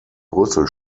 brüssel